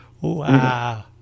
Wow